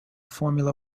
formula